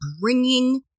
bringing